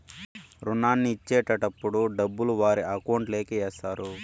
రుణాన్ని ఇచ్చేటటప్పుడు డబ్బులు వారి అకౌంట్ లోకి ఎత్తారు